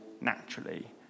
naturally